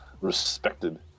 respected